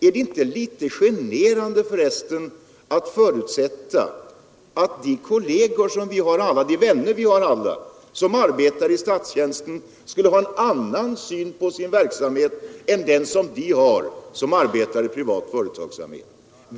Är det förresten inte litet generande att förutsätta att alla de kolleger vi har inom statstjänsten skulle ha en annan syn på sin verksamhet än den de har som arbetar inom privat företagsamhet?